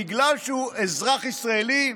בגלל שהוא אזרח ישראלי,